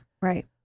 Right